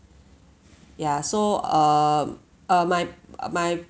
yeah so err uh my my